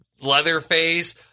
Leatherface